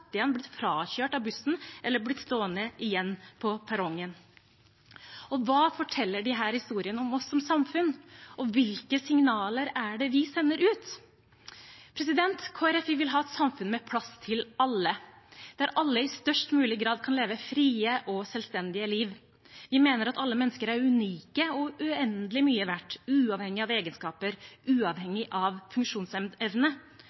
blitt frakjørt av bussen eller har blitt stående igjen på perrongen. Hva forteller disse historiene om oss som samfunn, og hvilke signaler er det vi sender ut? Kristelig Folkeparti vil ha et samfunn med plass til alle, der alle i størst mulig grad kan leve frie og selvstendige liv. Vi mener at alle mennesker er unike og uendelig mye verdt, uavhengig av egenskaper,